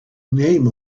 name